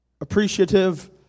appreciative